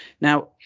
Now